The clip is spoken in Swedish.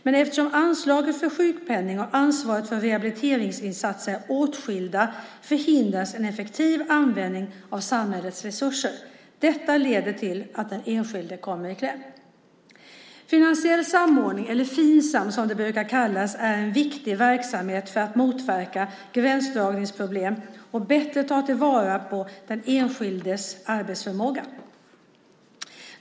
Men eftersom anslaget för sjukpenning och ansvaret för rehabiliteringsinsatser är åtskilda förhindras en effektiv användning av samhällets resurser. Detta leder till att den enskilde kommer i kläm. Finansiell samordning, eller Finsam som det brukar kallas, är en viktig verksamhet för att motverka gränsdragningsproblem och bättre ta till vara den enskildes arbetsförmåga.